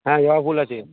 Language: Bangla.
হ্যাঁ জবা ফুল আছে